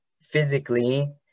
physically